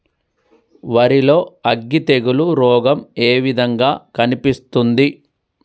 వరి లో అగ్గి తెగులు రోగం ఏ విధంగా కనిపిస్తుంది?